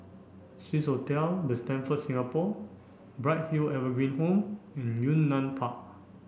Swissotel the Stamford Singapore Bright Hill Evergreen Home and Yunnan Park